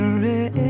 red